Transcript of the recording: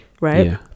right